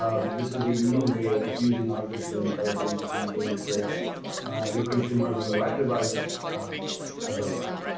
um this is the new way of using artificial intelligence to engage with your consumers on the right device at the right time.